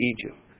Egypt